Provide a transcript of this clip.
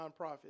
nonprofit